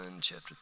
chapter